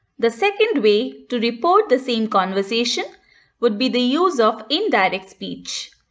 the second way to report the same conversation would be the use of indirect speech.